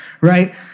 right